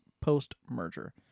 post-merger